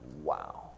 wow